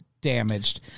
damaged